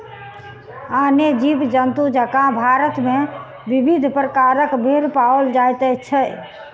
आने जीव जन्तु जकाँ भारत मे विविध प्रकारक भेंड़ पाओल जाइत छै